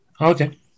Okay